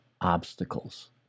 obstacles